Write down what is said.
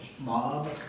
Mob